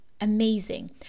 amazing